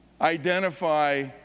identify